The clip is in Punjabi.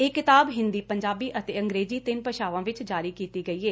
ਇਹ ਕਿਤਾਬ ਹਿੰਦੀ ਪੰਜਾਬੀ ਅਤੇ ਅੰਗਰੇਜੀ ਤਿੰਨ ਭਾਸ਼ਾਵਾਂ 'ਚ ਜਾਰੀ ਕੀਤੀ ਗਈ ਏ